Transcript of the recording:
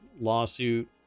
lawsuit